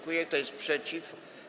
Kto jest przeciw?